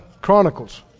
Chronicles